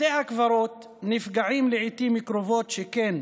בתי הקברות נפגעים לעיתים קרובות, שכן